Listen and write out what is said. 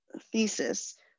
thesis